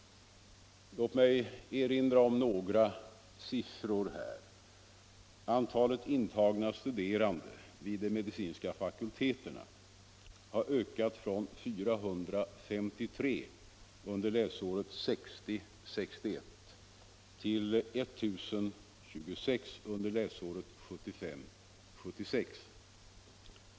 Låt mig erinra om några siffror. Antalet antagna studerande vid de medicinska fakulteterna har ökat från 453 under läsåret 1960 76.